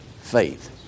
faith